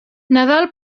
nadal